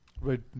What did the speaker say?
Right